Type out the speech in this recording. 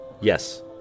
Yes